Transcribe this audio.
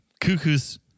Cuckoo's